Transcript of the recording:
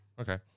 Okay